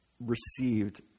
received